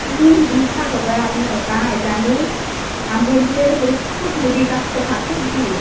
तीन वीक हा खबर आसा आजून हेका एग्जामीक आमी बोडगिणी जात्रेक एकूच वीक आसता सातूत दीस